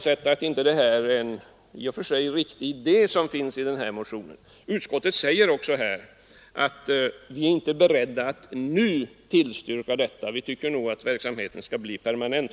Jag vill i och för sig inte ifrågasätta att den idé som framförs i motionen är riktig. Utskottet säger också att vi inte är beredda att nu tillstyrka detta förslag. Vi tycker att verksamheten först skall bli permanent.